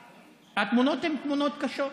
והתמונות הן תמונות קשות,